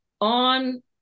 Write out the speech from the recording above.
on